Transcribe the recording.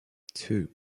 two